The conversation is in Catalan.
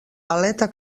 aleta